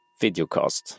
videocast